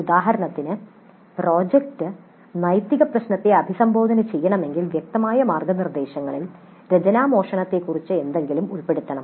ഉദാഹരണത്തിന് പ്രോജക്റ്റ് നൈതിക പ്രശ്നത്തെ അഭിസംബോധന ചെയ്യണമെങ്കിൽ വ്യക്തമായ മാർഗ്ഗനിർദ്ദേശങ്ങളിൽ രചനാമോഷണത്തെക്കുറിച്ച് എന്തെങ്കിലും ഉൾപ്പെടുത്തണം